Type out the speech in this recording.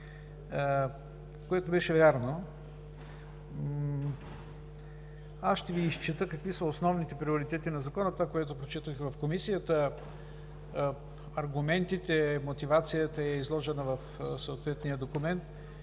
което беше вярно. Ще Ви изчета какви са основните приоритети на Закона – това, което прочетох и в Комисията. Аргументите, мотивацията е изложена в съответния документ,